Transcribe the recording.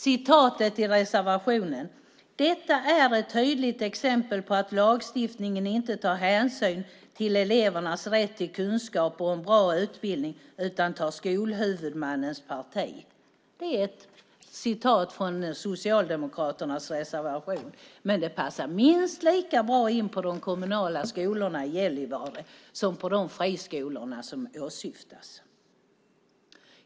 Jag läser ur reservationen: "Detta är ett tydligt exempel på att lagstiftningen inte tar hänsyn till elevernas rätt till kunskap och en bra utbildning utan tar skolhuvudmannens parti." Detta är ett citat från Socialdemokraternas reservation, men det passar minst lika bra in på de kommunala skolorna i Gällivare som på de friskolor som åsyftas.